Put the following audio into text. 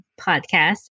podcast